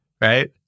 Right